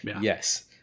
Yes